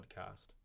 podcast